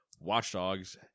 Watchdogs